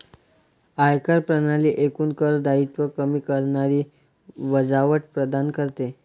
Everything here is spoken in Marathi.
आयकर प्रणाली एकूण कर दायित्व कमी करणारी वजावट प्रदान करते